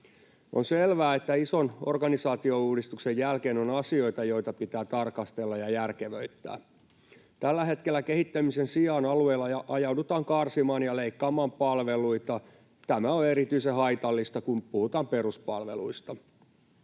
On selvää, että ison organisaatiouudistuksen jälkeen on asioita, joita pitää tarkastella ja järkevöittää. Tällä hetkellä kehittämisen sijaan alueilla ajaudutaan karsimaan ja leikkaamaan palveluita. Tämä on erityisen haitallista, kun puhutaan peruspalveluista.